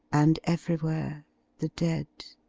and everywhere the dead.